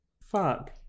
fuck